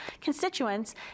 constituents